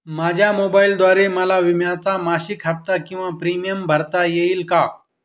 माझ्या मोबाईलद्वारे मला विम्याचा मासिक हफ्ता किंवा प्रीमियम भरता येईल का?